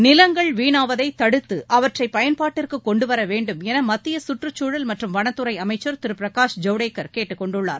நிலங்கள் வீணாவதை தடுத்து அவற்றை பயன்பாட்டுக்கு கொண்டு வர வேண்டும் என மத்திய சுற்றுச்சூழல் மற்றும் வனத்துறை அமைச்சர் திரு பிரகாஷ் ஜவ்டேகர் கேட்டுக் கொண்டுள்ளார்